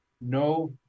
no